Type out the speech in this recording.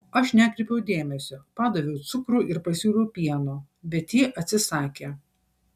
aš nekreipiau dėmesio padaviau cukrų ir pasiūliau pieno bet ji atsisakė